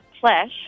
Flesh